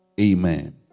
Amen